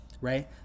right